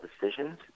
decisions